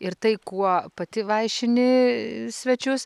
ir tai kuo pati vaišini svečius